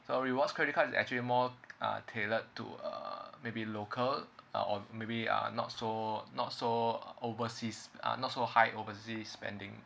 so rewards credit card is actually more uh tailored to uh maybe local uh on maybe uh not so not so uh overseas uh not so high overseas spending